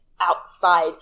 outside